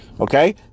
Okay